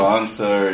answer